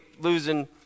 losing